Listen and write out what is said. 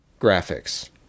graphics